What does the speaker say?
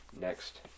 Next